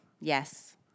Yes